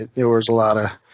there was a lot of